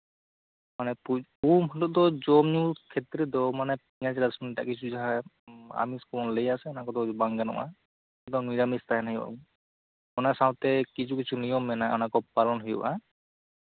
ᱢᱟᱱᱮ ᱩᱱᱦᱤᱞᱳᱜ ᱫᱚ ᱡᱚᱢ ᱧᱩ ᱠᱷᱮᱛᱨᱮ ᱯᱮᱸᱭᱟᱡ ᱨᱟᱥᱩᱱ ᱴᱟᱜ ᱡᱟᱦᱟ ᱟᱢᱤᱥ ᱵᱚᱱ ᱞᱟᱹᱭᱟᱥᱮ ᱚᱱᱟ ᱠᱚᱫᱚ ᱵᱟᱝ ᱜᱟᱱᱚᱜᱼᱟ ᱡᱚᱛᱚ ᱱᱤᱨᱟᱢᱤᱥ ᱛᱟᱦᱮᱱ ᱦᱩᱭᱩᱜᱼᱟ ᱚᱱᱟ ᱥᱟᱶᱛᱮ ᱠᱤᱪᱷᱩ ᱠᱤᱪᱷᱩ ᱱᱤᱭᱚᱢ ᱢᱮᱱᱟᱜᱼᱟ ᱚᱱᱟ ᱠᱚ ᱯᱟᱞᱚᱱ ᱦᱩᱭᱩᱜᱼᱟ